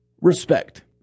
Respect